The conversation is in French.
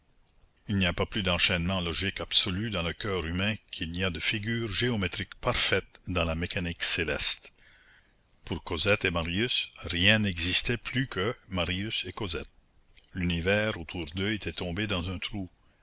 il n'y a pas plus d'enchaînement logique absolu dans le coeur humain qu'il n'y a de figure géométrique parfaite dans la mécanique céleste pour cosette et marius rien n'existait plus que marius et cosette l'univers autour d'eux était tombé dans un trou